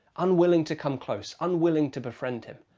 unwilling to come close. unwilling to befriend him.